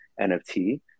nft